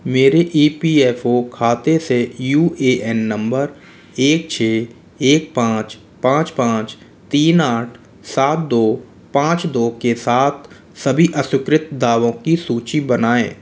मेरे E P F O खाते से यू ए एन नंबर एक छः एक पाँच पाँच पाँच तीन आठ सात दो पाँच दो के साथ सभी अस्वीकृत दावों की सूची बनाएँ